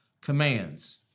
commands